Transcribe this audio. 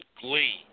Glee